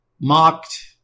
mocked